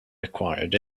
acquired